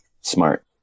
Smart